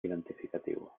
identificatiu